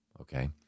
okay